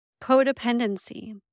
codependency